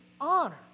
honor